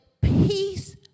peace